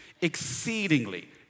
exceedingly